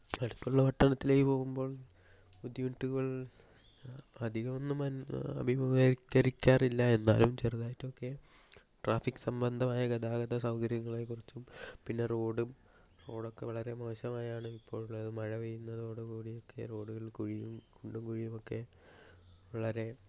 അടുത്തുള്ള പട്ടണങ്ങളിലേക്ക് പോകുമ്പോൾ ബുദ്ധിമുട്ടുകൾ അധികം ഒന്നും അനുഭവി അഭിമുഖീകരിക്കാറില്ല എന്നാലും ചെറുതായിട്ട് ഒക്കേ ട്രാഫിക് സംബന്ധമായ ഗതാഗത സൗകര്യങ്ങളേ കുറിച്ചും പിന്നേ റോഡും റോഡ് ഒക്കേ വളരേ മോശമായാണ് ഇപ്പോൾ മഴ പെയ്യുന്നതോട് കൂടി ഓക്കേ കുണ്ടും കുഴിയും ഒക്കേ വളരേ